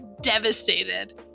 devastated